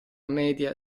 media